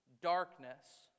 darkness